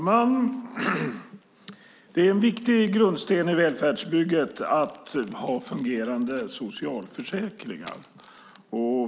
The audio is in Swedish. Fru talman! Det är en viktig grundsten i välfärdsbygget att ha fungerande socialförsäkringar.